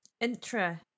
intra